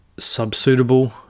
subsuitable